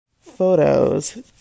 photos